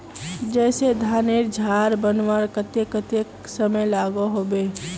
जैसे धानेर झार बनवार केते कतेक समय लागोहो होबे?